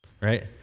right